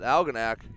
Algonac